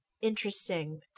interesting